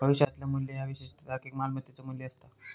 भविष्यातला मू्ल्य ह्या विशिष्ट तारखेक मालमत्तेचो मू्ल्य असता